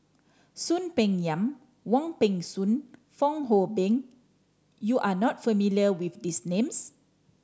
Soon Peng Yam Wong Peng Soon Fong Hoe Beng you are not familiar with these names